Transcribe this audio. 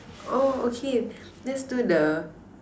oh okay let's do the